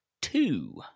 two